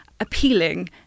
appealing